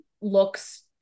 looks